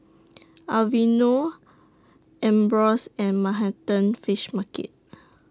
Aveeno Ambros and Manhattan Fish Market